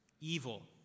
evil